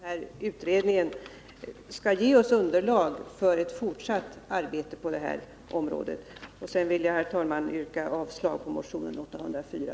Herr talman! Vi väntar givetvis på att den här utredningen skall ge oss underlag för ett fortsatt arbete på detta område. Sedan vill jag, herr talman, yrka avslag på motionen 804.